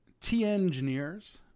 t-engineers